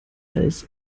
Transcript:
als